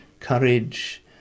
Courage